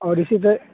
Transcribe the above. اور اسی طرح